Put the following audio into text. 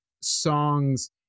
songs